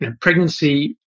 pregnancy